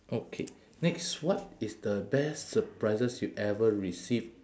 okay next what is the best surprises you ever receive